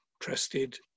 trusted